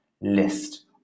list